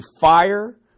fire